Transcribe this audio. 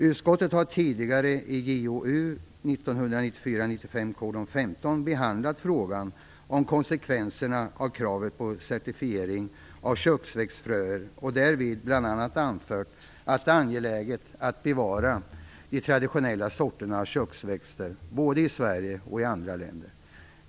Utskottet har tidigare, i JoU 1994/95:15, behandlat frågan om konsekvenserna av kravet på certifiering av köksväxtfröer och därvid bl.a. anfört att det är angeläget att bevara de traditionella sorterna av köksväxter både i Sverige och i andra länder.